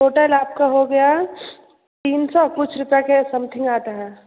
total आपका हो गया तीन सौ कुछ रुपए के समथिंग आता है